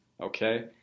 okay